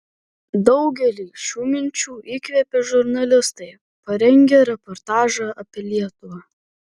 daugelį šių minčių įkvėpė žurnalistai parengę reportažą apie lietuvą